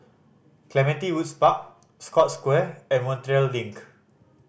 Clementi Woods Park Scotts Square and Montreal Link